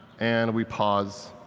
and we pause.